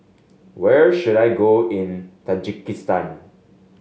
where should I go in Tajikistan